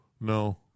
no